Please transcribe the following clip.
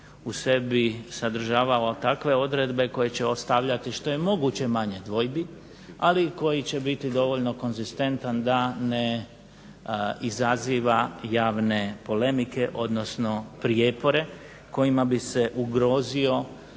u sebi sadržavao takve odredbe koje će ostavljati što je moguće manje dvojbi, ali koji će biti dovoljno konzistentan da ne izaziva javne polemike, odnosno prijepore, kojima bi se ugrozio